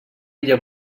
illa